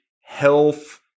health